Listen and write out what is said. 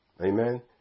Amen